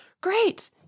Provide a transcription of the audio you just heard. Great